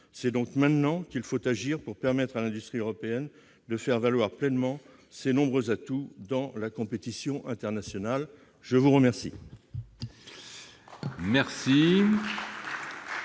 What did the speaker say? C'est donc maintenant qu'il faut agir, pour permettre à l'industrie européenne de faire valoir pleinement ses nombreux atouts dans la compétition internationale. Nous en